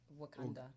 Wakanda